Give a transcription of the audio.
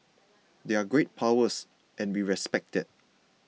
they're great powers and we respect that